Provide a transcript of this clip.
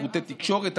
שירותי תקשורת,